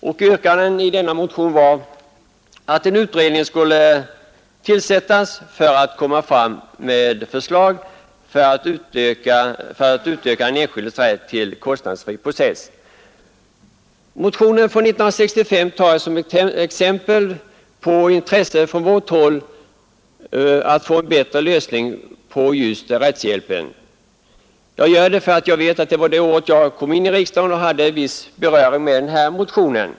Och yrkandet i motionen var att en utredning skulle framlägga förslag om att utöka den enskildes rätt till kostnadsfri process. Jag tar motionen från 1965 som exempel på intresse från vårt håll för att få en bättre lösning på just rättshjälpen. Jag gör det också därför att det var det året som jag kom till riksdagen, och jag hade själv en viss beröring med denna motion.